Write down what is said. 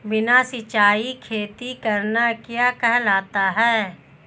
बिना सिंचाई खेती करना क्या कहलाता है?